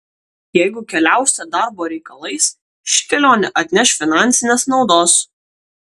jeigu keliausite darbo reikalais ši kelionė atneš finansinės naudos